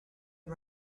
and